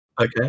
Okay